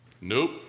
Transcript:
nope